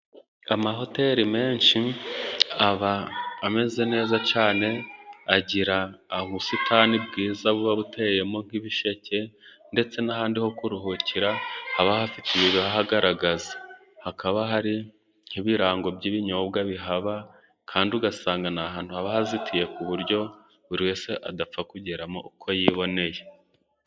Amahoteri menshi aba ameze neza cyane, agira ubusitani bwiza buba buteyemo nk'ibisheke ndetse n'ahandi ho kuruhukira haba hafite ibihagaragaza, hakaba hari nk'ibirango by'ibinyobwa bihaba kandi ugasanga ni ahantu haba hazitiye ku buryo buri wese adapfa kugeramo uko yiboneye.